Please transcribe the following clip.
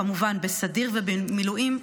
כמובן בסדיר ובמילואים,